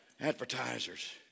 Advertisers